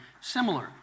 similar